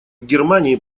германии